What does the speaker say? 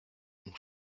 nous